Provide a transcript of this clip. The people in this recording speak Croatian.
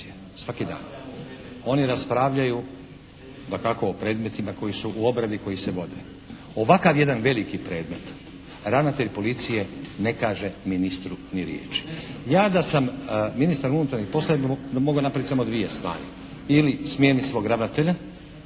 Svaki dan. Oni raspravljaju dakako o predmetima koji su u obradi, koji se vode. Ovakav jedan veliki predmet ravnatelj policije ne kaže ministru ni riječi. Ja da sam ministar unutarnjih poslova bi mogao napraviti samo dvije stvari, ili smijeniti svog ravnatelja